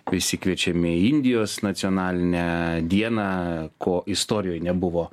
visi kviečiami į indijos nacionalinę dieną ko istorijoj nebuvo